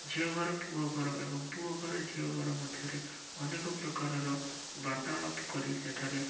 ଝିଅ ଘର ପୁଅ ଘର ଏବଂ ପୁଅ ଘର ଝିଅ ଘର ମଧ୍ୟରେ ଅନେକ ପ୍ରକାରର ବାର୍ତ୍ତାଳାପ କରି ସେଠାରେ